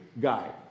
guy